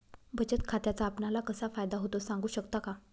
बचत खात्याचा आपणाला कसा फायदा होतो? सांगू शकता का?